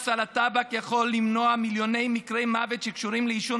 מס על הטבק יכול למנוע מיליוני מקרי מוות שקשורים לעישון